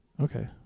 Okay